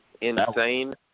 insane